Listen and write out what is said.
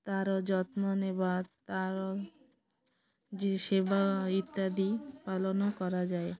ତାର ଯତ୍ନ ନେବା ତାର ସେବା ଇତ୍ୟାଦି ପାଳନ କରାଯାଏ